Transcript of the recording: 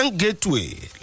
gateway